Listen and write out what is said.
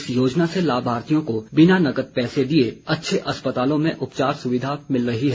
इस योजना से लाभार्थियों को बिना नकद पैसे दिए अच्छे अस्पतालों में उपचार सुविधा मिल रही है